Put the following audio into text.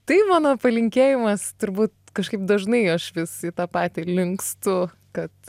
tai mano palinkėjimas turbūt kažkaip dažnai aš vis į tą patį linkstu kad